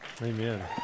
Amen